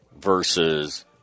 versus